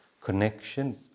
connection